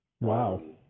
Wow